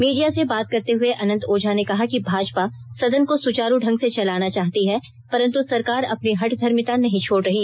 media से बात करते हुए अनंत ओझा ने कहा भाजपा सदन को सुचारू ढंग से चलाना चाहती है परंतु सरकार अपनी हठधर्मिता नहीं छोड़ रही